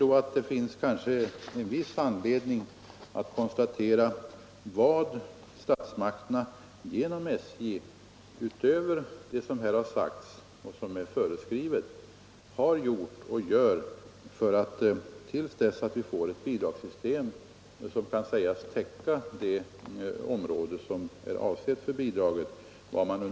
Det finns en viss anledning att konstatera vad statsmakterna genom SJ, utöver det som här sagts och som är föreskrivet, har gjort och gör i uppehållande syfte till dess vi får ett bidragssystem som kan sägas täcka det område som är avsett att få bidraget.